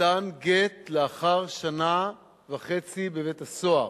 ונתן גט לאחר שנה וחצי בבית-הסוהר.